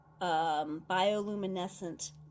bioluminescent